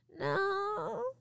No